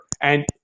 and-